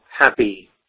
Happy